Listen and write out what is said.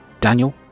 Daniel